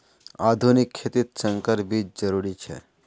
आधुनिक खेतित संकर बीज जरुरी छे